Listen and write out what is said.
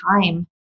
time